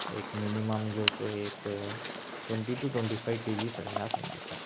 ایک مِنیمم جو سو ایک ٹوینٹی ٹو ٹوینٹی فائیو کے جی جی سات